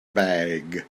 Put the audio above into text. bag